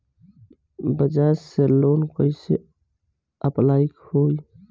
बजाज से लोन कईसे अप्लाई होई?